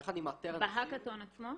איך אני מאתר אנשים -- בהאקתון עצמו?